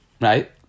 Right